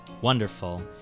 Wonderful